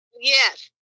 Yes